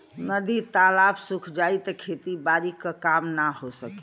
नदी तालाब सुख जाई त खेती बारी क काम ना हो सकी